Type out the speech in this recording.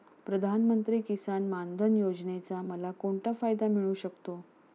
प्रधानमंत्री किसान मान धन योजनेचा मला कोणता फायदा मिळू शकतो?